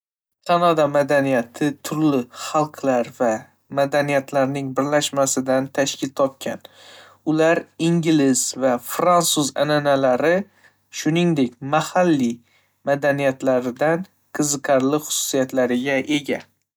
Kanada madaniyati, turli xalqlar va madaniyatlarning birlashmasidan tashkil topgan. Ular ingliz va fransuz an'analari, shuningdek, mahalliy madaniyatidan qiziqarli xususiyatlarga ega.